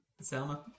Selma